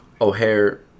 o'hare